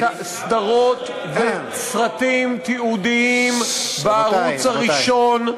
יש סדרות וסרטים תיעודיים בערוץ הראשון,